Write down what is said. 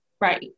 Right